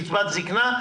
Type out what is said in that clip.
קצבת זקנה,